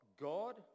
God